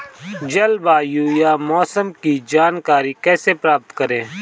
जलवायु या मौसम की जानकारी कैसे प्राप्त करें?